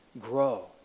Grow